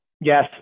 Yes